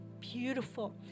beautiful